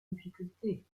difficultés